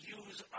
use